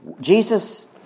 Jesus